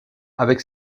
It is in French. avec